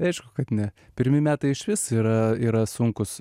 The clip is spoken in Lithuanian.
aišku kad ne pirmi metai išvis yra yra sunkūs